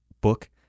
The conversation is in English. book